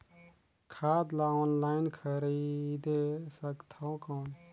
खाद ला ऑनलाइन खरीदे सकथव कौन?